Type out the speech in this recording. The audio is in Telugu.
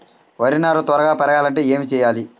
వరి నారు త్వరగా పెరగాలంటే ఏమి చెయ్యాలి?